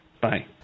Bye